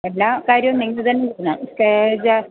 എല്ലാ കാര്യവും നിങ്ങള് തന്നെ എന്നാല് സ്റ്റേജ്